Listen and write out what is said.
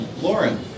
Lauren